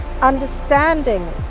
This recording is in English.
understanding